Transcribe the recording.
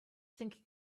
thinking